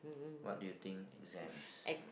what do you think exams